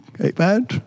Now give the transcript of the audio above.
Amen